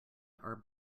are